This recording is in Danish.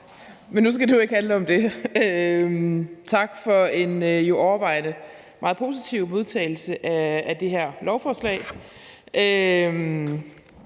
men nu skal det jo ikke handle om det. Tak for en jo overvejende meget positiv modtagelse af det her lovforslag.